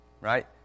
Right